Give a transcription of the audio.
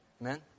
Amen